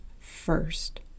first